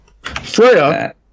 Freya